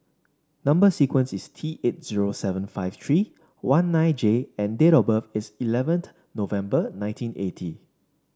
number sequence is T eight zero seven five three one nine J and date of birth is eleventh November nineteen eighty